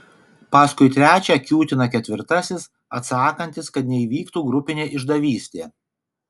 paskui trečią kiūtina ketvirtasis atsakantis kad neįvyktų grupinė išdavystė